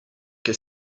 che